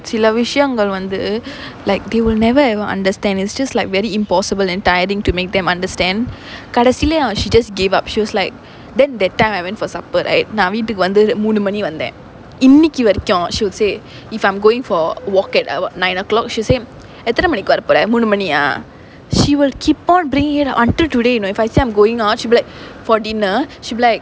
சில விஷயங்கள் வந்து:sila vishayangal vanthu like they will never ever understand it's just like very impossible and tiring to make them understand கடைசில:kadaisila she just gave up she was like then that time I went for supper like நான் வீட்டுக்கு வந்து மூணு மணி வந்தேன் இன்னைக்கு வரைக்கும்:naan veetukku vanthu moonu mani vanthaen innaikku varaikum she would say if I'm going for walk at err [what] nine O clock she'll say எத்தன மணிக்கு வரப்போற மூணு மணியா:ethana manikku varapora moonu maniyaa ah she will keep on bringing it up until today you know if I say I'm going out she'll be like for dinner she'll be like